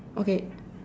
okay